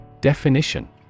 Definition